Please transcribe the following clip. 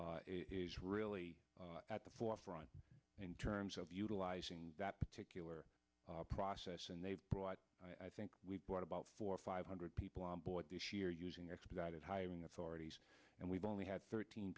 is really at the forefront in terms of utilizing that particular process and they've brought i think we've brought about four five hundred people on board this year using expedited hiring authorities and we've only had thirteen